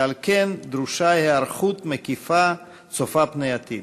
ועל כן דרושה היערכות מקיפה צופה פני עתיד.